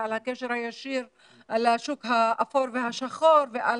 ועל הקשר הישיר לשוק האפור והשחור ועל